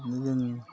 जों